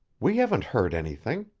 we hadn't hurt anything.